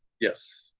yes.